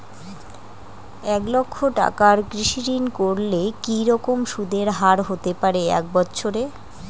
এক লক্ষ টাকার কৃষি ঋণ করলে কি রকম সুদের হারহতে পারে এক বৎসরে?